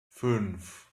fünf